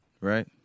right